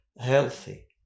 healthy